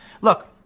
Look